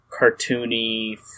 cartoony